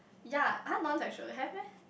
ya !huh! non sexual have meh